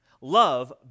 Love